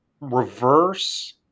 reverse